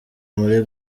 muri